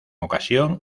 ocasión